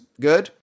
Good